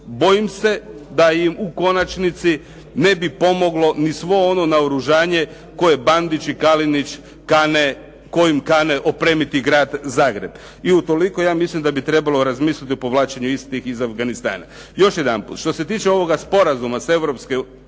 Bojim se da im u konačnici ne bi pomoglo ni svo ono naoružanje kojim Bandić i Kalinić kane opremiti grad Zagreb. I utoliko ja mislim da bi trebalo razmisliti istih iz Afganistana. Još jedanput, što se tiče ovoga sporazuma sa